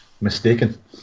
mistaken